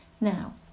Now